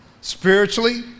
spiritually